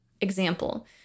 Example